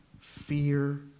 fear